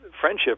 friendship